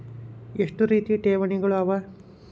ಎಷ್ಟ ರೇತಿ ಠೇವಣಿಗಳ ಅವ?